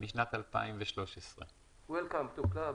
משנת 2013. Welcome to the club,